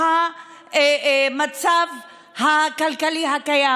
מהמצב הכלכלי הקיים.